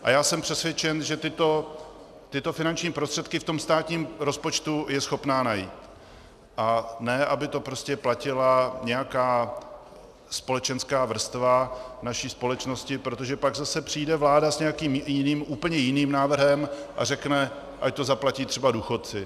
A já jsem přesvědčen, že tyto finanční prostředky ve státním rozpočtu je schopna najít, a ne aby to prostě platila nějaká společenská vrstva naší společnosti, protože pak zase přijde vláda s nějakým jiným, úplně jiným návrhem a řekne, ať to zaplatí třeba důchodci.